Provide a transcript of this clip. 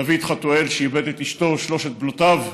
דוד חטואל, שאיבד את אשתו ושלוש בנותיו,